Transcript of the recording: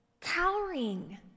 Cowering